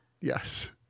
Yes